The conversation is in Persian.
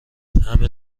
همه